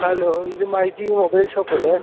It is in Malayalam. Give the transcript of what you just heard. ഹലോ ഇത് മൈ ജി മൊബൈൽ ഷോപ്പല്ലേ